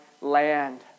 land